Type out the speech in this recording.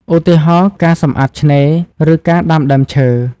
ឧទាហរណ៍ ការសម្អាតឆ្នេរ ឬការដាំដើមឈើ។